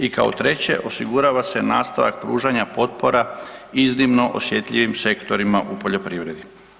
I kao treće osigurava se nastavak pružanja potpora iznimno osjetljivim sektorima u poljoprivredi.